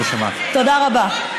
תודה רבה.